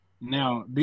now